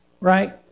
right